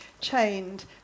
chained